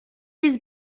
his